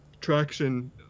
traction